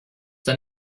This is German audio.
dann